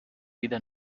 vida